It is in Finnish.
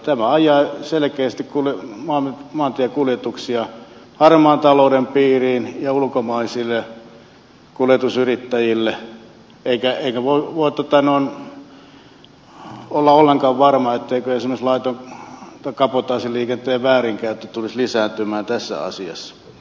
tämä ajaa selkeästi maantiekuljetuksia harmaan talouden piiriin ja ulkomaisille kuljetusyrittäjille eikä voi olla ollenkaan varma etteikö esimerkiksi laiton kabotaasiliikenteen väärinkäyttö tulisi lisääntymään tässä asiassa